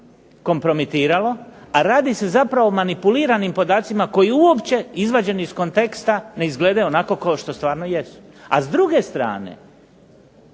kompromitiralo, a radi se zapravo o manipuliranim podacima koji uopće izvađeni iz konteksta ne izgledaju onako kao što stvarno jesu. A s druge strane,